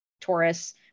Taurus